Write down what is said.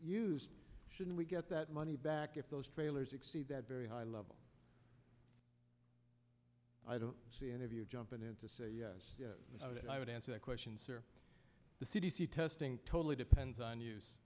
used should we get that money back if those trailers exceed that very high level i don't see any of you jumping in to say yes i would i would answer that question sir the c d c testing totally depends on use